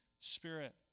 Spirit